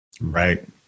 Right